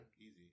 easy